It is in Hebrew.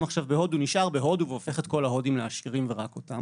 בהודו נשארים בהודו והופכים את כל ההודים לעשירים ורק אותם,